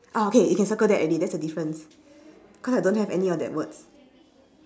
oh okay you can circle that already that's the difference cause I don't have any of that words